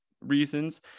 reasons